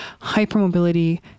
hypermobility